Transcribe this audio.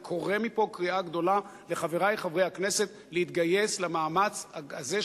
אני קורא מפה קריאה גדולה לחברי חברי הכנסת להתגייס למאמץ הזה,